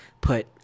put